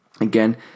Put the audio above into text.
Again